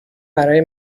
برای